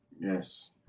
Yes